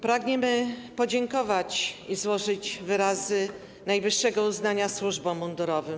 Pragniemy podziękować i złożyć wyrazy najwyższego uznania służbom mundurowym.